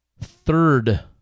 third